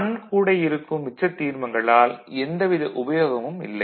1 கூட இருக்கும் மிச்ச தீர்மங்களால் எந்தவித உபயோகமும் இல்லை